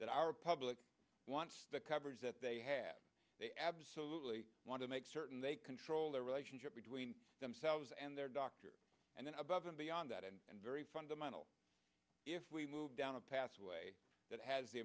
that our public wants the coverage that they have they absolutely want to make certain they control the relationship between themselves and their doctor and then above and beyond that and very fundamental if we move down a pathway that has the